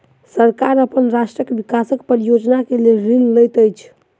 सरकार अपन राष्ट्रक विकास परियोजना के लेल ऋण लैत अछि